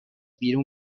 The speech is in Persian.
بیرون